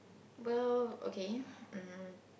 well okay um